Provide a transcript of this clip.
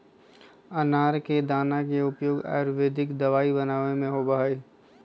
अनार के दाना के उपयोग आयुर्वेदिक दवाई बनावे में भी होबा हई